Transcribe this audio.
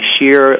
sheer